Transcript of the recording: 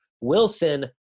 Wilson